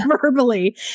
verbally